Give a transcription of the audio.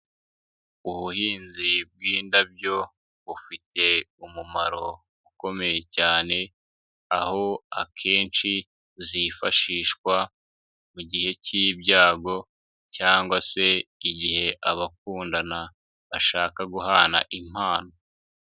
Ubuhinzi bw'indabyo bufite umumaro ukomeye cyane. Aho akenshi zifashishwa mu gihe kibyago cyangwa se igihe abakundana bashaka guhana impano.